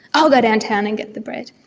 i'll go downtown and get the bread.